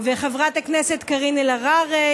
וחברת הכנסת קארין אלהרר,